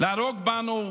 להרוג בנו,